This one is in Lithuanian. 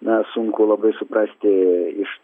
na sunku labai suprasti iš